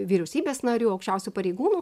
vyriausybės narių aukščiausių pareigūnų